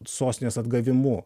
sostinės atgavimu